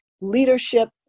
leadership